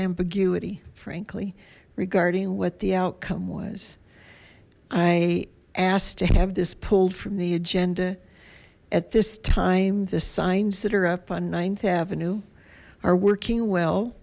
ambiguity frankly regarding what the outcome was i asked to have this pulled from the agenda at this time the signs that are up on th avenue are working well